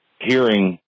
hearing